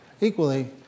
equally